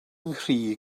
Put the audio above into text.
nghri